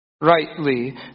rightly